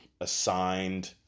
assigned